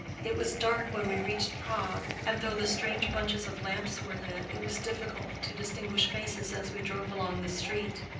it was dark when we reached prague, and though the strange bunches of lamps were lit it was difficult to distinguish faces as we drove along the street.